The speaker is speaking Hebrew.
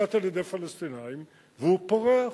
נשלט על-ידי פלסטינים ופורח.